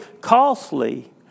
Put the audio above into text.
costly